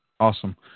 Awesome